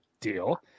Deal